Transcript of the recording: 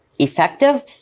effective